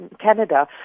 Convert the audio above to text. Canada